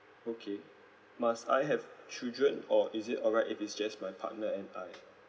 okay must I have children or is it alright if it's just my partner and I